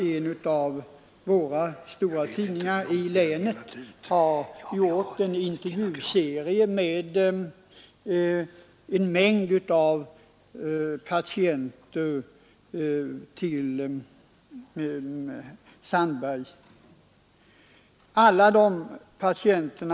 En av de stora tidningarna i länet har gjort en serie intervjuer med en mängd av Sandbergs patienter.